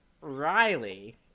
Riley